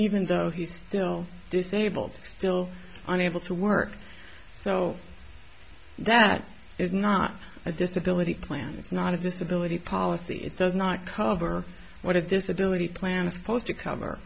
even though he's still disabled still unable to work so that is not a disability plan it's not a disability policy it does not cover what this ability plan is supposed to cover